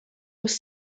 was